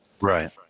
Right